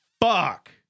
fuck